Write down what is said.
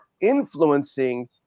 influencing